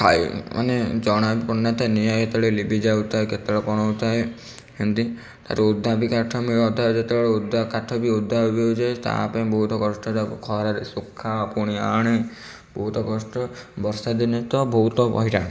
ଥାଏ ମାନେ ଜଣା ବି ପଡ଼ୁନଥାଏ ନିଆଁ କେତେବେଳେ ଲିଭି ଯାଉଥାଏ କେତେବେଳେ କ'ଣ ହେଉଥାଏ ଏମିତି ତାରେ ଓଦା ବି କାଠ ମିଳେ ଅଧା ଯେତେବଳେ ଓଦା କାଠ ବି କାଠ ଓଦା ହୁଏ ଯାଏ ତା'ପାଇଁ ବହୁତ କଷ୍ଟରେ ଖରାରେ ଶୁଖାଅ ପୁଣି ଆଣେ ବହୁତ କଷ୍ଟ ବର୍ଷା ଦିନେ ତ ବହୁତ ହଇରାଣ